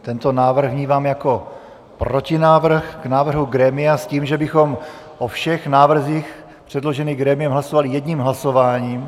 Tento návrh vnímám jako protinávrh k návrhu grémia s tím, že bychom o všech návrzích předložených grémiem hlasovali jedním hlasováním.